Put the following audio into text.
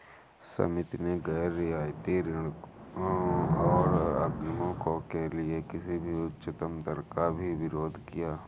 समिति ने गैर रियायती ऋणों और अग्रिमों के लिए किसी भी उच्चतम दर का भी विरोध किया